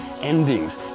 endings